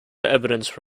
evidence